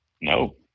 No